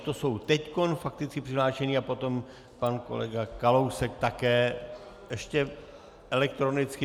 To jsou teď fakticky přihlášení a potom pan kolega Kalousek také ještě elektronicky...